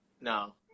No